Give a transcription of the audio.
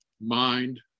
mind